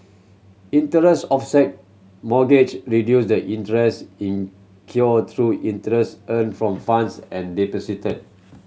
interest offset mortgage reduce the interest incurred through interest earned from funds and deposited